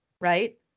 right